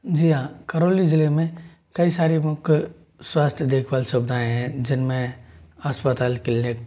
जी हाँ करौली ज़िले में कई सारी स्वास्थय देखभाल सुविधाएँ हैं जिनमें अस्पताल क्लीनिक